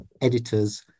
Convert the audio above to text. editors